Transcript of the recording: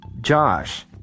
Josh